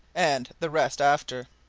and the rest after.